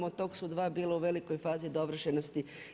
Od tog su dva bila u velikoj fazi dovršenosti.